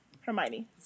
Hermione